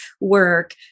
work